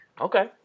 Okay